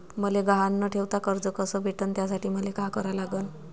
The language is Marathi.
मले गहान न ठेवता कर्ज कस भेटन त्यासाठी मले का करा लागन?